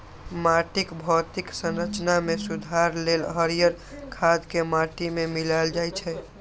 माटिक भौतिक संरचना मे सुधार लेल हरियर खाद कें माटि मे मिलाएल जाइ छै